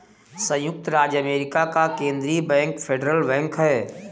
सयुक्त राज्य अमेरिका का केन्द्रीय बैंक फेडरल बैंक है